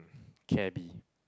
cabby